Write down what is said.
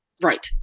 Right